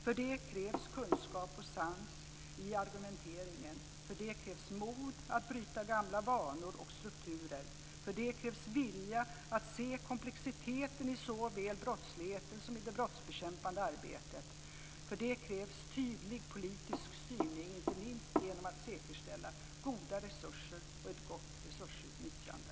För det krävs kunskap och sans i argumenteringen. För det krävs mod att bryta gamla vanor och strukturer. För det krävs vilja att se komplexiteten i såväl brottsligheten som det brottsbekämpande arbetet. För det krävs tydlig politisk styrning, inte minst genom att säkerställa goda resurser och ett gott resursutnyttjande.